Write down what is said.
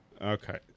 Okay